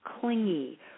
clingy